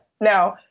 Now